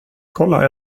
kolla